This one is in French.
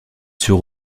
sur